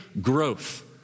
growth